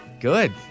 Good